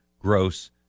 gross